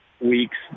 weeks